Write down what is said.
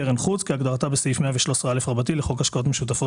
"קרן חוץ" כהגדרתה בסעיף 113 א לחוק השקעות משותפות